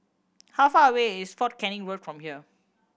how far away is Fort Canning Road from here